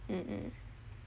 mm mm